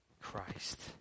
Christ